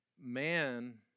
Man